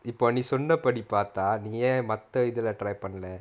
இப்ப நீ சொன்னபடி பாத்தா ஏன் மத்த இதுல:ippa nee sonnapadi paatha yaen matha ithula try பண்ணல:pannala